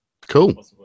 Cool